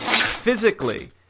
physically